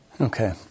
Okay